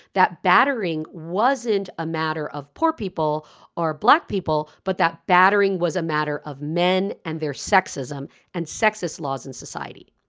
that battering wasn't a matter of poor people or black people, but that battering was a matter of men and their sexism and sexist laws in society.